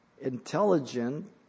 intelligent